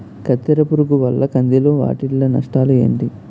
కత్తెర పురుగు వల్ల కంది లో వాటిల్ల నష్టాలు ఏంటి